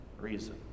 reason